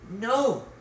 No